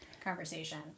conversation